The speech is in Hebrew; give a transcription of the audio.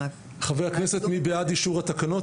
מי בעד אישור התקנות?